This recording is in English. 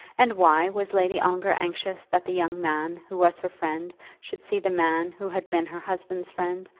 and why was lady ongar anxious that the young man who was her friend should see the man who had been her husband's friend,